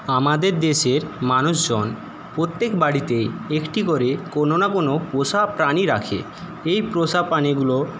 আমাদের দেশের মানুষজন প্রত্যেক বাড়িতেই একটি করে কোন না কোন পোষা প্রাণী রাখে এই পোষা প্রাণীগুলো